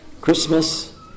Christmas